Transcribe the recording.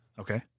Okay